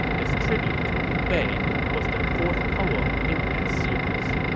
this tribute to liu bei was the fourth poem in that series.